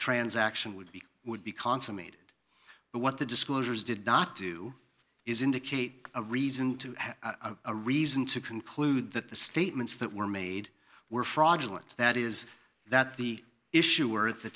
transaction would be would be consummated but what the disclosures did not do is indicate a reason to have a reason to conclude that the statements that were made were fraudulent that is that the issuer at the